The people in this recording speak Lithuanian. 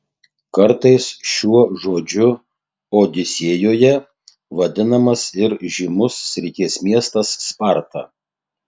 kartais šiuo žodžiu odisėjoje vadinamas ir žymus srities miestas sparta